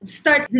start